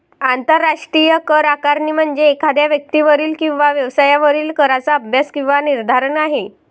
आंतरराष्ट्रीय करआकारणी म्हणजे एखाद्या व्यक्तीवरील किंवा व्यवसायावरील कराचा अभ्यास किंवा निर्धारण आहे